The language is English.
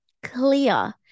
Clear